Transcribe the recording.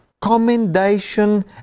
commendation